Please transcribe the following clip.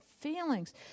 feelings